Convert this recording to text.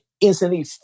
instantly